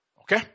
Okay